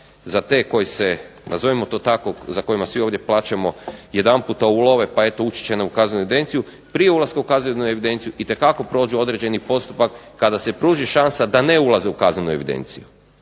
za te koji se nazovimo to tako, za kojima svi ovdje plačemo, jedanputa ulove pa eto ući će nam u kaznenu evidenciju, prije ulaska u kaznenu evidenciju itekako prođu određeni postupak kada se pruži šansa da ne ulaze u kaznenu evidenciju.